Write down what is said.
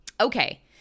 Okay